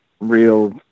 real